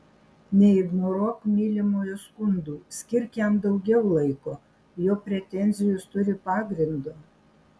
neignoruok mylimojo skundų skirk jam daugiau laiko jo pretenzijos turi pagrindo